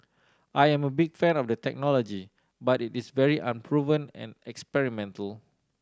I am a big fan of the technology but it is very unproven and experimental